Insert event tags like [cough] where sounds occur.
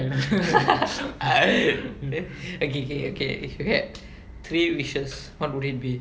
[laughs] oh K K okay if you had three wishes what would it be